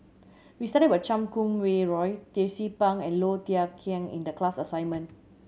we studied about Chan Kum Wah Roy Tracie Pang and Low Thia Khiang in the class assignment